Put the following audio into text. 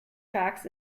tracks